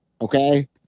okay